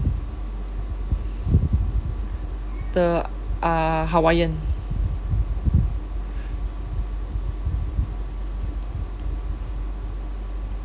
the uh hawaiian